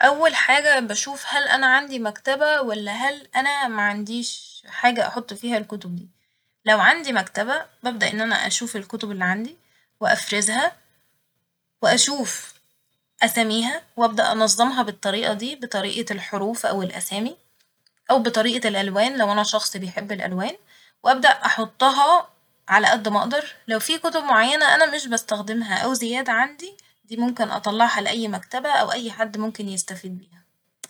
أول حاجة بشوف هل أنا عندي مكتبة ولا هل أنا معنديش حاجة أحط فيها الكتب دي ، لو عندي مكتبة ببدأ إن أنا أشوف الكتب اللي عندي وأفرزها وأشوف أساميها وأبدأ أنظمها بالطريقة دي بطريقة الحروف أو الأسامي أو بطريقة الألوان لو أنا شخص بيحب الألوان وأبدأ أحطها على قد ما أقدر ، لو في كتب معينة أنا مش بستخدمها أو زيادة عندي ، دي ممكن أطلعها لأي مكتبة أو أي حد ممكن يستفيد بيها